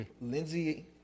Lindsey